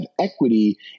equity